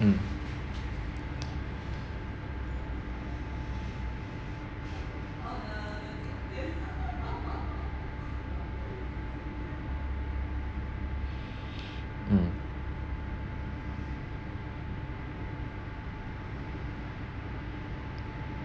mm